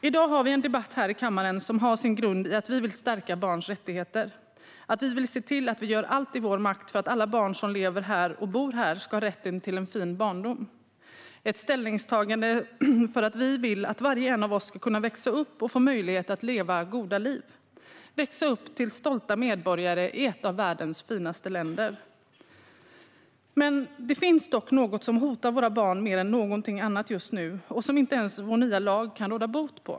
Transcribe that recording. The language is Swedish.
I dag har vi en debatt här i kammaren som har sin grund i att vi vill stärka barns rättigheter. Vi vill se till att vi gör allt i vår makt för att alla barn som lever och bor här ska ha rätten till en fin barndom. Det är ett ställningstagande för att vi vill att var och en av oss ska kunna växa upp och få möjlighet att leva goda liv och växa upp till stolta medborgare i ett av världens finaste länder. Det finns dock något som hotar våra barn mer än någonting annat just nu och som inte ens vår nya lag kan råda bot på.